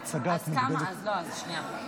אז כמה, לא, שנייה.